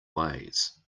ways